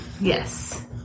Yes